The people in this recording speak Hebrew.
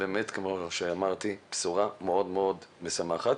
לכן זאת בשורה מאוד משמחת.